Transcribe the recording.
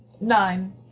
nine